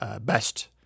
Best